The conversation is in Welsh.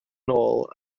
nôl